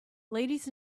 ladies